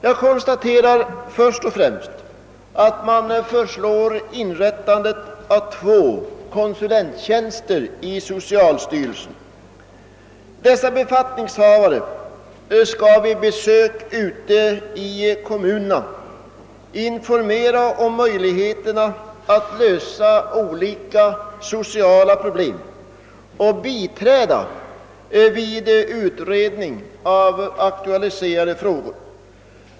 Jag konstaterar först och främst, att man föreslår inrättandet av två konsulenttjänster vid socialstyrelsen. Dessa befattningshavare skall vid besök ute i kommunerna informera om möjligheterna att lösa olika sociala problem och biträda vid utredning av aktualiserade frågor.